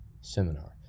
seminar